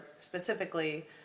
specifically